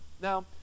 now